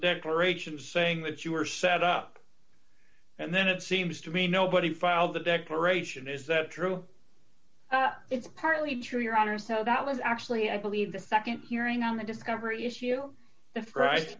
declaration saying that you were set up and then it seems to me nobody filed the declaration is that true it's partly true your honor so that was actually i believe the nd hearing on the discovery issue the pri